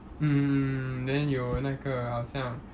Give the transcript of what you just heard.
mm then 有那个好像